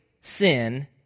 sin